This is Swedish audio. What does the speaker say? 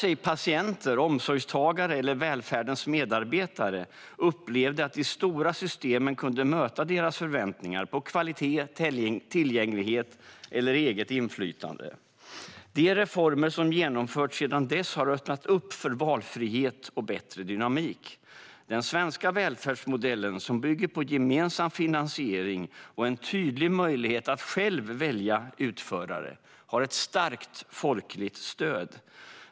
Varken patienter, omsorgstagare eller välfärdens medarbetare upplevde att de stora systemen kunde möta deras förväntningar på kvalitet, tillgänglighet och eget inflytande. De reformer som har genomförts sedan dess har öppnat för valfrihet och bättre dynamik. Den svenska välfärdsmodellen, som bygger på gemensam finansiering och en tydlig möjlighet att själv välja utförare, har ett starkt folkligt stöd.